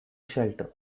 shelter